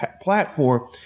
platform